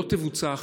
לא תבוצע ההחלטה,